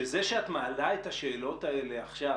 שזה שאת מעלה את השאלות האלה עכשיו,